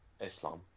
islam